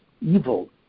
evil